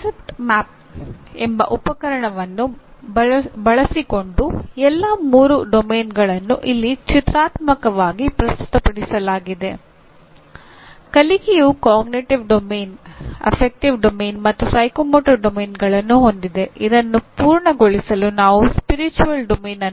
concept map